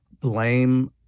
blame